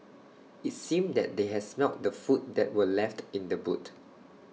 IT seemed that they had smelt the food that were left in the boot